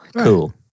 Cool